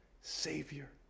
Savior